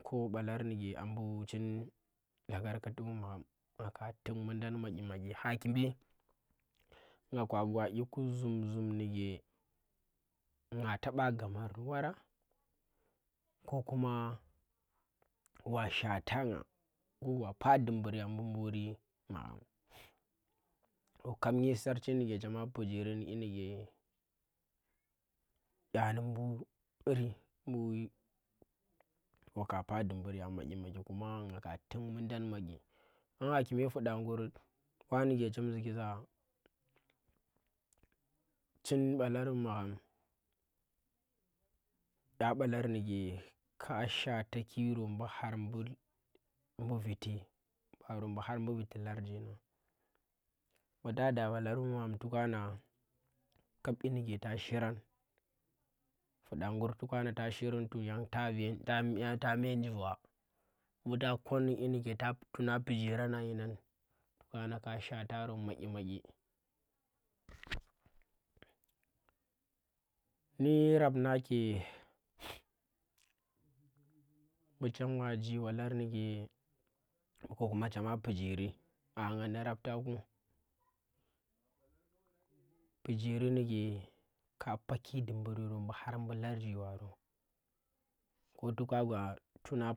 Ko balar ndike a mbu chin lagargati bu maghama nga ka tuk mudang madyi madyi. Haku̱me nga ka gwa dyi ku zhum zhum ndike nga taba gamar ndi wara ko kuma wa shwatanga wa pah dumbur ya mbu buri magham kap mbe sarchi ndike chema pijiri ndi nyi dike ƙya ndi mburi mbu waka pah dumbur ya madyi madyi, kuma nga ka tuk mundan madyi nagnang kume fuɗa nguri wani ke chem ziki za chin balar bu magham ƙya balar ndike ka shwataki ro mbu har mbu lar mbu viti. Ɓaro mbu har mbu viti larji nang mbu ta da balar bu magham to ka na kap dyi ndike ta shirang fuda ngur to ka nda ta shirang yan ta me njiva mbu ta kor ndi nyi nike tuna pijirang inan tokana ka shwataro madyi madyi nde rab nake mbu chem waji balar ndike ko kuma chema pijiri aa nga ni rabta ku, pijiri ndike ka paki dubumbur yoro mbu bu har bu larji baro.